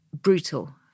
brutal